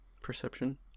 Perception